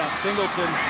singleton